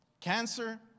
Cancer